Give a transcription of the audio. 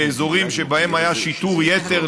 באזורים שבהם היה שיטור יתר,